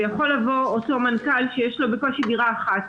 ויכול לבוא אותו מנכ"ל שיש לו בקושי דירה אחת,